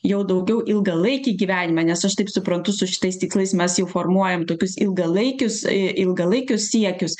jau daugiau ilgalaikį gyvenimą nes aš taip suprantu su šitais tikslais mes jau formuojam tokius ilgalaikius e ilgalaikius siekius